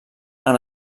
han